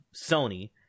sony